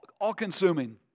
all-consuming